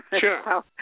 Sure